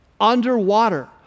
underwater